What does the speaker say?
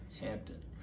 hampton